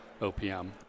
OPM